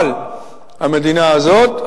אבל המדינה הזאת,